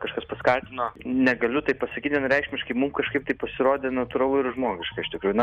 kažkas paskatino negaliu taip pasakyt vienareikšmiškai mum kažkaip tai pasirodė natūralu ir žmogiška iš tikrųjų na